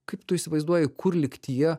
kaip tu įsivaizduoji kur lygtyje